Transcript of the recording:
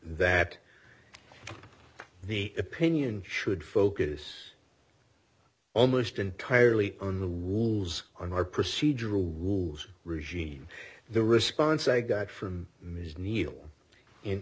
that the opinion should focus almost entirely on the rules on our procedural rules regime the response i got from ms neal in